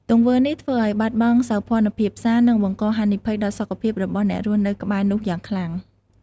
ទង្វើនេះធ្វើឱ្យបាត់បង់សោភ័ណភាពផ្សារ និងបង្កហានិភ័យដល់សុខភាពរបស់អ្នករស់នៅក្បែរនោះយ៉ាងខ្លាំង។